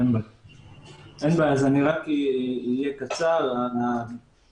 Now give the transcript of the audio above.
לא רק הקמה של תחנות ובניינים.